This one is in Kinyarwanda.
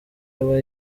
aba